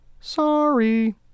Sorry